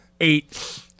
eight